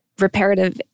reparative